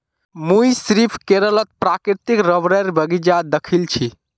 मुई सिर्फ केरलत प्राकृतिक रबरेर बगीचा दखिल छि